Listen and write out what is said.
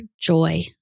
joy